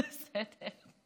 בסדר.